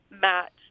Matt